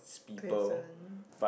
present